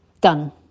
done